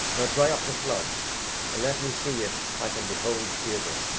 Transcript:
now dry up the flood and let me see if i can behold deirdre,